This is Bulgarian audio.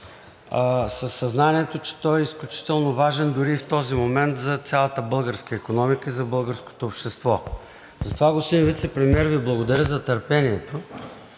със съзнанието, че той е изключително важен, дори и в този момент, за цялата българска икономика и за българското общество. Затова, господин Вицепремиер, Ви благодаря за търпението